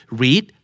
read